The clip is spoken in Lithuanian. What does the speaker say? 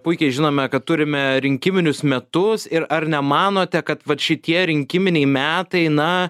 puikiai žinome kad turime rinkiminius metus ir ar nemanote kad vat šitie rinkiminiai metai na